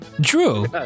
Drew